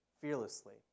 fearlessly